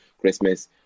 Christmas